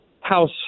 House